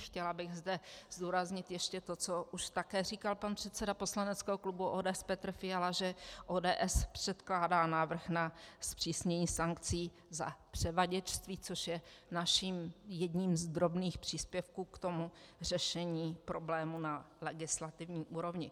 Chtěla bych zde zdůraznit ještě to, co už také říkal pan předseda poslaneckého klubu ODS Petr Fiala, že ODS předkládá návrh na zpřísnění sankcí za převaděčství, což je naším jedním z drobných příspěvků k řešení problému na legislativní úrovni.